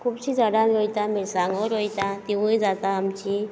खुबशीं झाडां रोयता मिरसांगो रोयता तिवूय जाता आमचीं